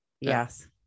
Yes